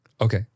Okay